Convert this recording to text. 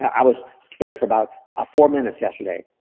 i was scared for about ah four minutes yesterday.